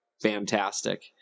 Fantastic